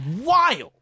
wild